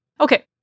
Okay